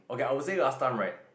okay I would say last time right